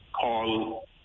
call